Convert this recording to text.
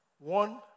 One